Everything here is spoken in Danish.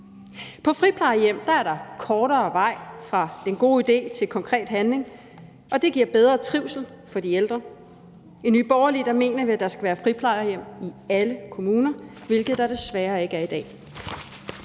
På friplejehjem er der kortere vej fra den gode idé til konkret handling, og det giver bedre trivsel for de ældre. I Nye Borgerlige mener vi, at der skal være friplejehjem i alle kommuner, hvilket der desværre ikke er i dag.